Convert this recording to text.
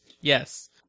Yes